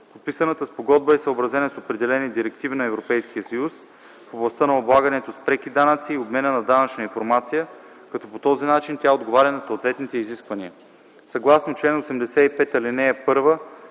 Подписаната спогодба е съобразена с определени директиви на Европейския съюз в областта на облагането с преки данъци и обмена на данъчна информация, като по този начин тя отговаря на съответните изисквания. Съгласно чл. 85, ал. 1,